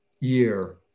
year